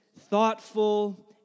thoughtful